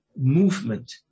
movement